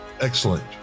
Excellent